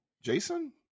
Jason